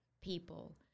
people